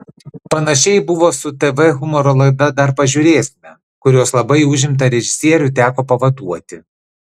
panašiai buvo su tv humoro laida dar pažiūrėsime kurios labai užimtą režisierių teko pavaduoti